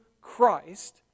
Christ